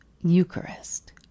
Eucharist